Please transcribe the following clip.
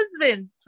husband